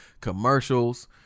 commercials